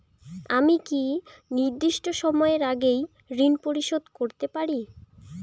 আমি কি নির্দিষ্ট সময়ের আগেই ঋন পরিশোধ করতে পারি?